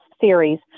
series